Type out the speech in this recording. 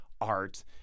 art